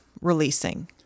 releasing